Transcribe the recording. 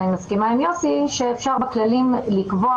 ואני מסכימה עם יוסי שאפשר בכללים לקבוע,